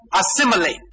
assimilate